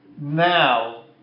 now